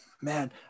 Man